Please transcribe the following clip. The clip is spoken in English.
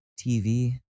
TV